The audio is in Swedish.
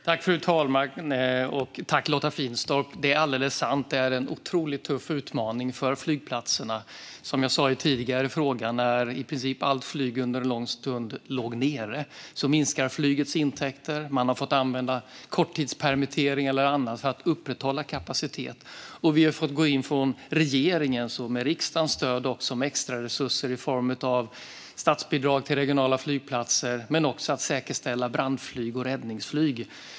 Fru talman! Det är alldeles sant. Som jag sa till den tidigare frågeställaren är det en otroligt tuff utmaning för flygplatserna. När i princip allt flyg låg nere under lång tid minskade flygets intäkter. Man har fått använda korttidspermitteringar eller annat för att upprätthålla kapacitet. Vi i regeringen har med riksdagens stöd fått gå in med extra resurser i form av statsbidrag till regionala flygplatser, också för att säkerställa brand och räddningsflyg.